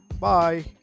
Bye